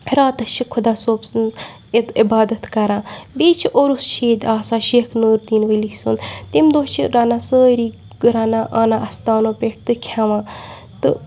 راتَس چھُ خۄدا صٲب سٕنٛز یِتۍ عبادت کران بیٚیہِ چھُ اُرُس چھُ ییٚتہِ آسان شیخ نوٗر دیٖن ؤلی سُند تمہِ دۄہ چھِ رَنان سٲری رَنان وَنان اَنان اَستانو پٮ۪ٹھ تہٕ کھیٚوان تہٕ